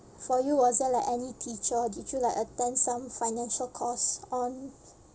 for you was there like any teacher did you like attend some financial course on